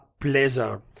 pleasure